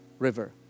river